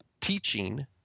teaching